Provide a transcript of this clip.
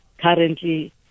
currently